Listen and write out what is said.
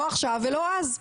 לא עכשיו ולא אז.